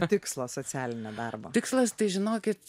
tikslo socialinio darbo tikslas tai žinokit